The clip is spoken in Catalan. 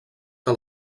que